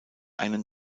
einen